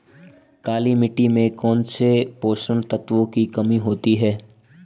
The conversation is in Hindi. काली मिट्टी में कौनसे पोषक तत्वों की कमी होती है?